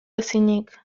ezinik